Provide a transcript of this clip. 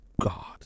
God